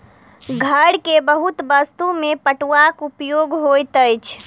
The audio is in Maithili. घर के बहुत वस्तु में पटुआक उपयोग होइत अछि